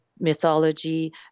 mythology